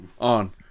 on